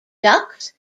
ducks